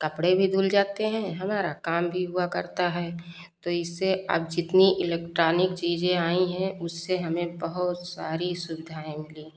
कपड़े भी धुल जाते हैं हमारा काम भी हुआ करता है तो इससे अब जितनी इलेक्ट्रॉनिक चीज़ें आई हैं उससे हमें बहुत सारी सुविधाएँ हो गई हैं